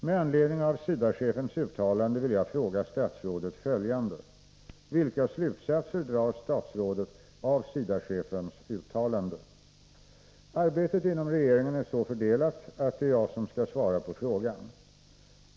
Med anledning av SIDA-chefens uttalande vill jag fråga statsrådet följande: Arbetet inom regeringen är så fördelat att det är jag som skall svara på frågan.